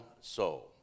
soul